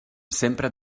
sempre